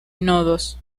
nodos